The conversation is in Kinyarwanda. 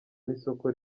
n’isoko